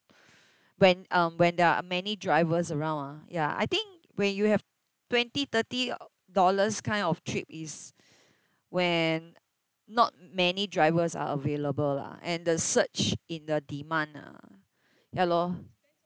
when um when there are many drivers around ah ya I think when you have twenty thirty dollars kind of trip is when not many drivers are available lah and the surge in the demand ah ya lor